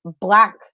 black